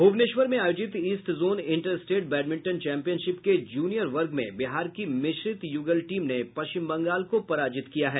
भुवनेश्वर में आयोजित east zone inter state badminton championship के जूनियर वर्ग में बिहार की मिश्रित युगल टीम ने पश्चिम बंगाल को पराजित किया है